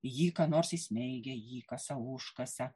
į jį ką nors įsmeigia įkasą užkasa